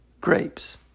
grapes